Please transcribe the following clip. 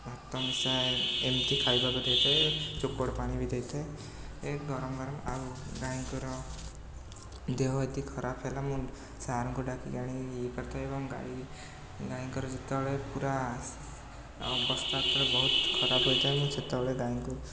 ଭାତ ମିଶା ଏମିତି ଖାଇବାକୁ ଦେଇଥାଏ ଚୋକଡ଼ ପାଣି ବି ଦେଇଥାଏ ଏଇ ଗରମ ଗରମ ପାଗ ଗାଈଙ୍କର ଦେହ ଯଦି ଖରାପ ହେଲା ମୁଁ ସାରଙ୍କୁ ଡାକିକି ଆଣିକି ଇଏ କରିଥାଏ ଏବଂ ଗାଈ ଗାଈଙ୍କର ଯେତେବେଳେ ପୁରା ଅବସ୍ଥା ପୁରା ବହୁତ ଖରାପ ହୋଇଥାଏ ମୁଁ ସେତେବେଳେ ପୁରା ଗାଈଙ୍କୁ